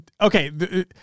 Okay